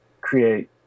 create